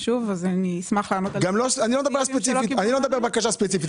אני לא מדבר על בקשה ספציפית,